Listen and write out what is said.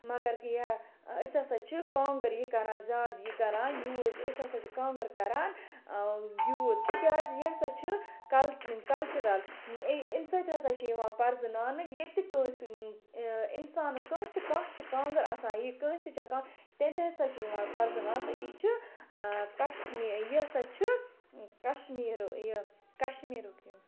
مگر یہِ أسۍ ہَسا چھِ کانٛگٕر یہِ کَران زیادٕ یہِ کَران یوٗز أسۍ ہَسا چھِ کانٛگٕر کَران یوٗز تِکیٛازِ یہِ ہَسا چھِ کَل کَلچِرَل اَمہِ سۭتۍ ہَسا چھِ یِوان پَرزٕناونہٕ ییٚتہِ تہِ کٲنٛسہِ اِنسانَس کٲنٛسہِ تہِ کانٛہہ چھِ کانٛگٕر آسان یہِ کٲنٛسہِ تہِ چھِ کانٛہہ تتہِ تہِ ہَسا چھِ یِوان پَرٛزٕناوژٕ یہِ چھُ کَشمیٖر یہِ ہَسا چھُ کَشمیٖرُک یہِ کَشمیٖرُک یہِ